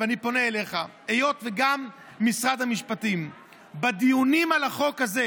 אני פונה אליך היות שגם משרד המשפטים בדיונים על החוק הזה,